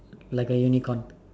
like a unicorn